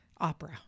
Opera